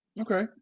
Okay